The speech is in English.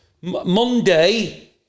Monday